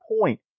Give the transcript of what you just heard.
point